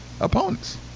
opponents